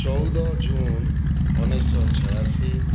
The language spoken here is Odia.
ଚଉଦ ଜୁନ୍ ଉଣେଇଶହଛୟାଅଶୀ